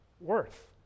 worth